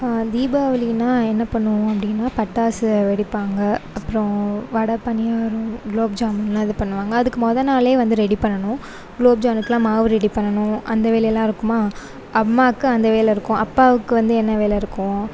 தீபாவளினால் என்ன பண்ணுவோம் அப்படின்னா பட்டாசு வெடிப்பாங்க அப்புறம் வடை பணியாரம் குலோப் ஜாமுனெலாம் இது பண்ணுவாங்க அதுக்கு மொதல் நாளே வந்து ரெடி பண்ணணும் குலோப் ஜாமுனுக்கெலாம் மாவு ரெடி பண்ணணும் அந்த வேலையெல்லாம் இருக்குமா அம்மாவுக்கு அந்த வேலை இருக்கும் அப்பாவுக்கு வந்து என்ன வேலை இருக்கும்